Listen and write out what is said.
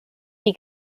die